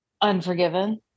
unforgiven